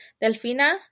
Delfina